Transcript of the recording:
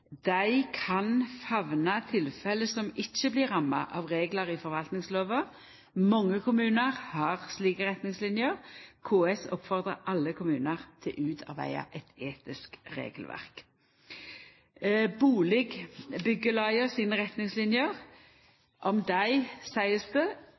dei kan famna tilfelle som ikkje blir ramma av reglar i forvaltningslova. Mange kommunar har slike retningslinjer. KS oppfordrar alle kommunar til å utarbeida eit etisk regelverk. Om bustadbyggjelaga blir det sagt at dei kan ha etiske retningslinjer